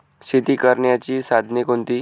शेती करण्याची साधने कोणती?